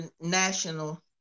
national